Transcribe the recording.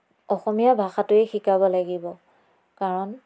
অসমীয়া ভাষাটোৱেই শিকাব লাগিব কাৰণ